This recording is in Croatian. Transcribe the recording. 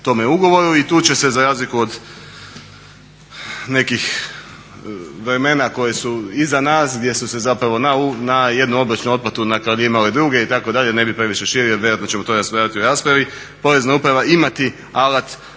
tome ugovoru. I tu će se za razliku od nekih vremena koja su iza nas, gdje su se zapravo na jednu obročnu otplatu …/Govornik se ne razumije./… druge itd. Ne bih previše širio, jer vjerojatno ćemo to raspravljati u raspravi